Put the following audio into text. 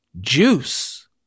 juice